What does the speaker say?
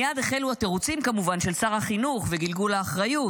מייד כמובן החלו התירוצים של שר החינוך וגלגול האחריות: